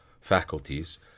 faculties